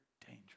dangerous